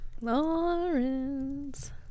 Lawrence